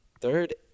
Third